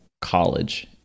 college